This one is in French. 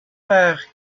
père